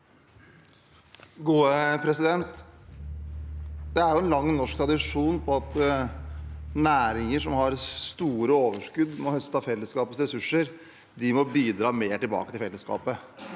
Vedum Det er en lang norsk tradisjon for at næringer som har store overskudd ved å høste av fellesskapets ressurser, må bidra mer tilbake til fellesskapet.